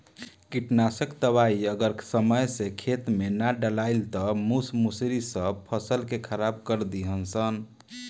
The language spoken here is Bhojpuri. कीटनाशक दवाई अगर समय से खेते में ना डलाइल त मूस मुसड़ी सब फसल के खराब कर दीहन सन